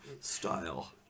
style